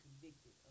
convicted